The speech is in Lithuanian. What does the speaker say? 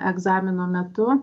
egzamino metu